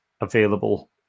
available